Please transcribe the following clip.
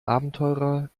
abenteurer